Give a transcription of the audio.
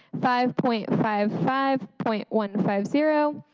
five point five five point one five zero,